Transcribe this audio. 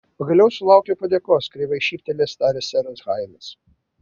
pagaliau sulaukiau padėkos kreivai šyptelėjęs tarė seras hailas